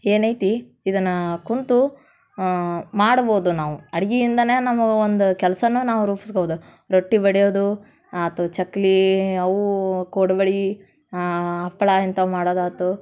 ಏನೈತಿ ಇದನ್ನು ಕುಳ್ತು ಮಾಡಬೋದು ನಾವು ಅಡ್ಗೆಯಿಂದನ ನಮಗೆ ಒಂದು ಕೆಲಸನೂ ನಾವು ರೂಪಿಸ್ಬೋದು ರೊಟ್ಟಿ ಬಡಿಯೋದು ಆಯ್ತು ಚಕ್ಕುಲಿ ಅವು ಕೋಡ್ಬಳೆ ಹಪ್ಪಳ ಇಂಥವು ಮಾಡೋದಾಯ್ತು